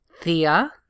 Thea